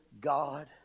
God